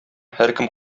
һәркем